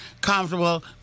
comfortable